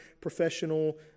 professional